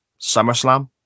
SummerSlam